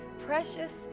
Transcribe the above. precious